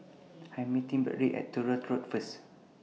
I Am meeting Bradly At Truro Road First